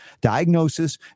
diagnosis